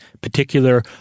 particular